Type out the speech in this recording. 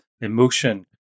emotion